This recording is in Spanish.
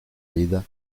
vida